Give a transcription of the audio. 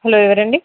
hello ఎవరండి